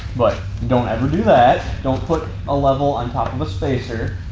but, don't ever do that. don't put a level on top of a spacer.